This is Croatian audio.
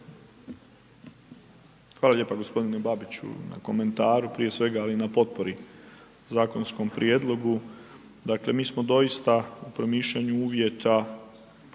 Hvala lijepa gospodine Babiću na komentaru prije svega, ali i na potpori zakonskom prijedlogu. Dakle, mi smo doista u promišljanju uvjeta